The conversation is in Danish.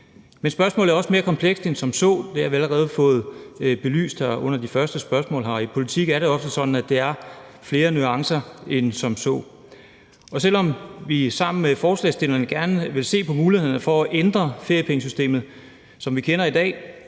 Men spørgsmålet er også mere komplekst end som så, og det har vi allerede fået belyst under de første spørgsmål her. I politik er det ofte sådan, at der er flere nuancer end som så. Og selv om vi gerne sammen med forslagsstillerne vil se på mulighederne for at ændre feriepengesystemet, som vi kender det i dag,